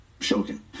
shocking